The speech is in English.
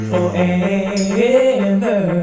Forever